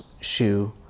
shoe